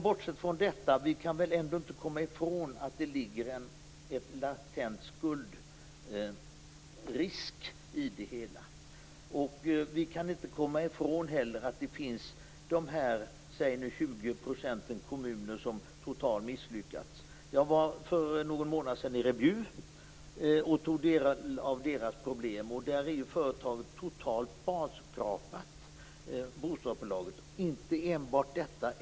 Bortsett från detta kan vi ändå inte komma ifrån att det ligger en latent skuldrisk i det hela. Vi kan inte heller komma ifrån att 20 % av kommunerna har misslyckats totalt. Jag var för någon månad sedan nere i Bjuv och tog del av deras problem. Där är bostadsbolaget totalt barskrapat. Det gäller inte enbart detta.